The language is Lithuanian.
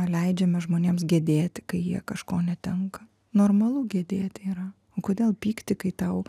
leidžiame žmonėms gedėti kai jie kažko netenka normalu gedėti yra kodėl pykti kai tau